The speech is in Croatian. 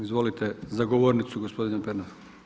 Izvolite za govornicu gospodine Pernar.